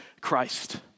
Christ